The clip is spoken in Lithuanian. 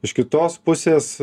iš kitos pusės